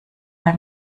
bei